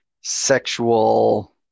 sexual